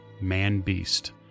man-beast